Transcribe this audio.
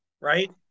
right